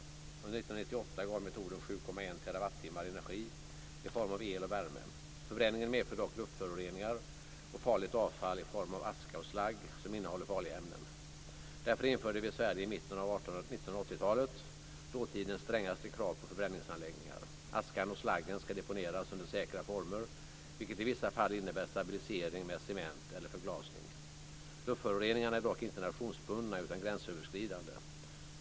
Under 1998 gav metoden 7,1 terawattimme energi i form av el och värme. Förbränningen medför dock luftföroreningar och farligt avfall i form av aska och slagg som innehåller farliga ämnen. Därför införde vi i Sverige i mitten av 1980-talet dåtidens strängaste krav på förbränningsanläggningar. Askan och slaggen ska deponeras under säkra former, vilket i vissa fall innebär stabilisering med cement eller förglasning. Luftföroreningarna är dock inte nationsbundna utan gränsöverskridande.